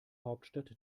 hauptstadt